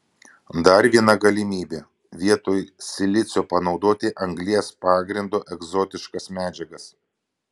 dar viena galimybė vietoj silicio panaudoti anglies pagrindo egzotiškas medžiagas